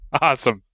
Awesome